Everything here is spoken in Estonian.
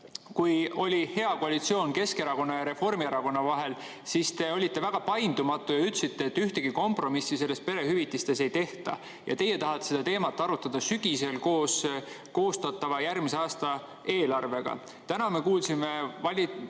Kui oli hea koalitsioon Keskerakonna ja Reformierakonna vahel, siis te olite väga paindumatu ja ütlesite, et ühtegi kompromissi perehüvitistes ei tehta ja teie tahate seda teemat arutada sügisel koos koostatava järgmise aasta eelarvega. Täna me kuulsime teilt